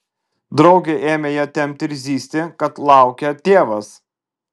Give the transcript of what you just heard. draugė ėmė ją tempti ir zyzti kad laukia tėvas